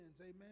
amen